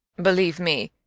believe me,